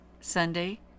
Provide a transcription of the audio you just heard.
Sunday